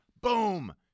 Boom